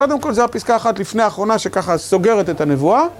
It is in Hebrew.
קודם כל זו הפסקה אחת לפני האחרונה שככה סוגרת את הנבואה